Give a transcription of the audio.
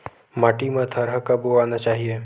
माटी मा थरहा कब उगाना चाहिए?